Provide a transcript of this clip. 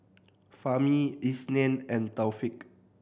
Fahmi Isnin and Taufik